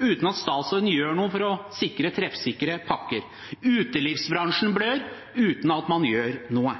uten at statsråden gjør noe for å sikre treffsikre pakker. Utelivsbransjen blør, uten at man gjør noe.